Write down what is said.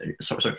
Sorry